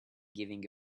giving